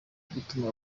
gutuma